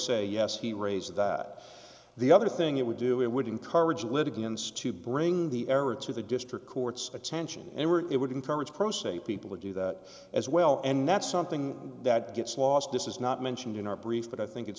say yes he raised that the other thing it would do it would encourage litigants to bring the error to the district court's attention and were it would encourage pro se people to do that as well and that's something that gets lost this is not mentioned in our brief but i think it's